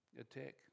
attack